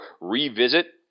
revisit